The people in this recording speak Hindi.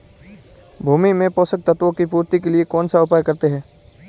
भूमि में पोषक तत्वों की पूर्ति के लिए कौनसा उपाय करते हैं?